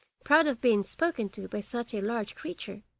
proud of being spoken to by such a large creature.